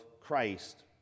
Christ